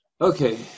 Okay